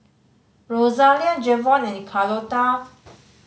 Rosalia Jevon any Carlota